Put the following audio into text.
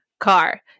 car